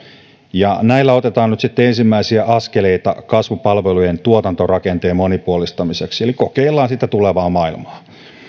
ja näillä otetaan nyt sitten ensimmäisiä askeleita kasvupalvelujen tuotantorakenteen monipuolistamiseksi eli kokeillaan sitä tulevaa maailmaa